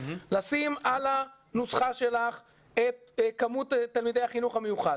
לשים על הנוסחה שלך את כמות תלמידי החינוך המיוחד,